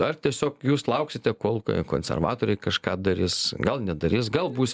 ar tiesiog jūs lauksite kol konservatoriai kažką darys gal nedarys gal būs